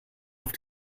auf